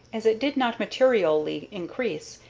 as it did not materially increase,